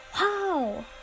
Wow